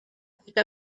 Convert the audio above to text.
picked